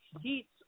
heats